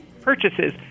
purchases